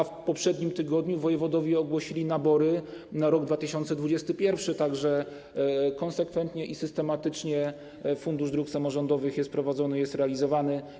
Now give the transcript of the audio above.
A w poprzednim tygodniu wojewodowie ogłosili nabory na rok 2021, tak że konsekwentnie i systematycznie Fundusz Dróg Samorządowych jest prowadzony, jest realizowany.